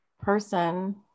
person